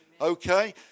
Okay